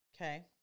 Okay